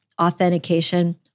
authentication